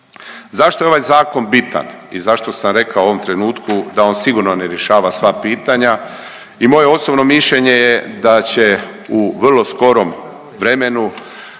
Zašto je ovaj Zakon bitan i zašto sam rekao u ovom trenutku da on sigurno ne rješava sva pitanja i moje osobno mišljenje je da će u vrlo skorom vremenu